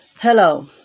Hello